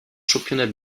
championnat